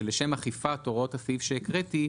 שלשם אכיפת הוראות הסעיף שהקראתי,